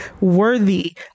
worthy